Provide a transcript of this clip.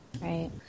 Right